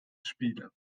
spiele